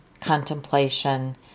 contemplation